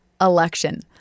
election